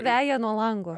veja nuo lango